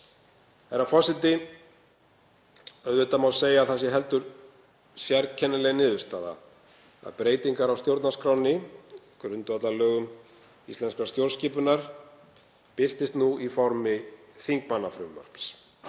Herra forseti. Auðvitað má segja að það sé heldur sérkennileg niðurstaða að breytingar á stjórnarskránni, grundvallarlögum íslenskrar stjórnskipunar, birtist nú í formi þingmannafrumvarps,